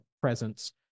presence